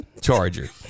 charger